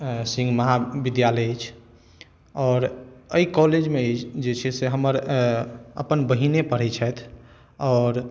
सिंह महाविद्यालय अछि आओर अइ कॉलेजमे जे छै से हमर अपन बहिने पढ़ै छथि आओर